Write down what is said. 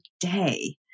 day